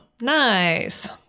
Nice